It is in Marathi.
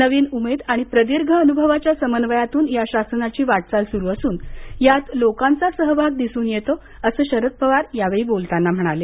नवीन उमेद आणि प्रदीर्घ अनुभवाच्या समन्वयातून या शासनाची वाटचाल सुरू असून यात लोकांचा सहभाग दिसून येतो असं शरद पवार यावेळी म्हणाले